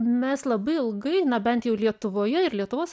mes labai ilgai na bent jau lietuvoje ir lietuvos